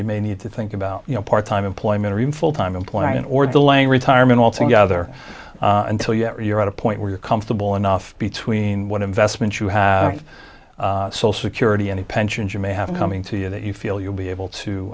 you may need to think about you know part time employment or even full time employment or delaying retirement altogether until you're at a point where you're comfortable enough between what investments you have so security any pensions you may have coming to you that you feel you'll be able to